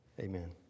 Amen